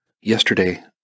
Yesterday